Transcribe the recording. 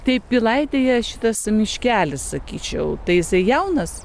tai pilaitėje šitas miškelis sakyčiau tai jisai jaunas